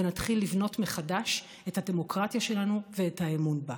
ונתחיל לבנות מחדש את הדמוקרטיה שלנו ואת האמון בה.